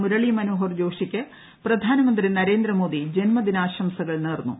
മുരളി മനോഹർ ജോഷിക്ക് പ്രധാനമന്ത്രി നരേന്ദ്രമോദി ജന്മദിനാശംസകൾ നേർന്നു